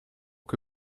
que